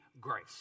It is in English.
grace